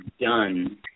done